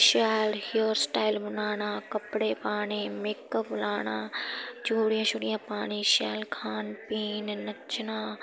शैल hairstyle बनाना कपड़े पाने मेकअप लाना चूड़ियां शूड़ियां पानी शैल खान पीन नच्चना